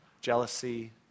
jealousy